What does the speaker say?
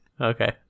okay